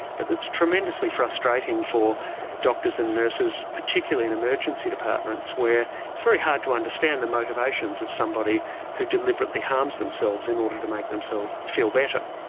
but it's tremendously frustrating for doctors and nurses, particularly in emergency departments where it's very hard to understand the motivations of somebody who deliberately harms themselves in order to make themselves feel better.